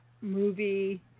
movie